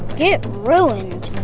get ruined?